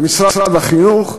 במשרד החינוך,